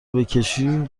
بکشی